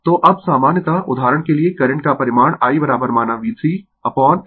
तो अब सामान्यतः उदाहरण के लिए करंट का परिमाण I माना V3 अपोन xe